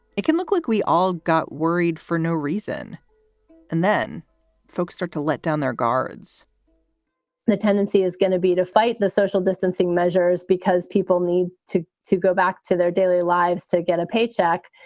it can look like we all got worried for no reason and then folks start to let down their guards the tendency is going to be to fight the social distancing measures because people need to to go back to their daily lives to get a paycheck.